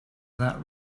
that